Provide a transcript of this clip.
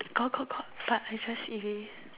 got got got but we just erase